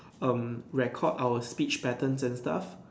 um record our speech patterns and stuff